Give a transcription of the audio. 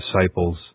Disciples